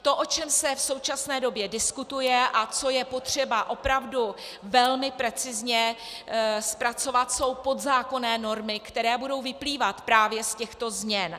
To, o čem se v současné době diskutuje a co je potřeba opravdu velmi precizně zpracovat, jsou podzákonné normy, které budou vyplývat právě z těchto změn.